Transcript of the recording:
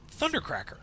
Thundercracker